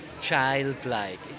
childlike